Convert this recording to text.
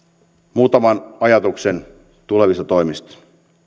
muutama ajatus tulevista toimista